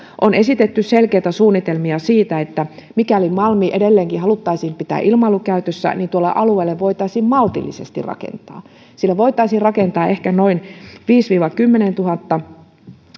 on esitetty selkeitä suunnitelmia siitä että mikäli malmi edelleenkin haluttaisiin pitää ilmailukäytössä niin tuolle alueelle voitaisiin maltillisesti rakentaa sille voitaisiin rakentaa ehkä noin viisituhatta viiva kymmenentuhatta